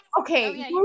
Okay